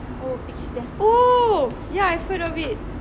oh pixie dust oh ya I've heard of it